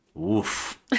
oof